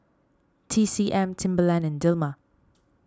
T C M Timberland and Dilmah